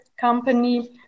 company